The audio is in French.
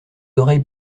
oreilles